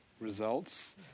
results